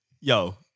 Yo